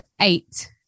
eight